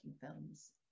films